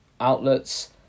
outlets